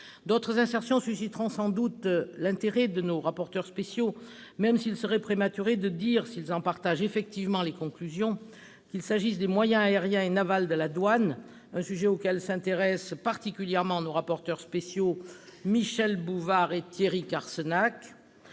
D'autres insertions susciteront sans aucun doute l'intérêt de nos rapporteurs spéciaux, même s'il serait prématuré de dire qu'ils en partagent effectivement les conclusions, qu'il s'agisse des moyens aériens et navals de la douane- les rapporteurs spéciaux Michel Bouvard et Thierry Carcenac